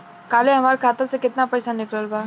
काल्हे हमार खाता से केतना पैसा निकलल बा?